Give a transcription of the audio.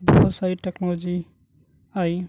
بہت ساری ٹیکنالوجی آئی